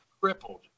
crippled